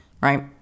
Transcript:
right